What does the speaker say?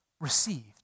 received